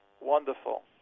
wonderful